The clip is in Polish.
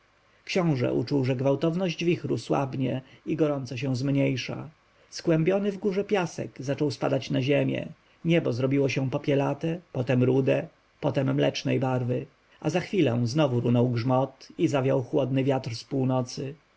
książę uczuł że gwałtowność wichru słabnie i gorąco się zmniejsza skłębiony w górze piasek zaczął spadać na ziemię niebo zrobiło się popielate potem rude potem mlecznej barwy potem wszystko ucichło a za chwilę znowu runął grzmot i zawiał chłodny wiatr z północy